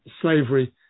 slavery